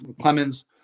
Clemens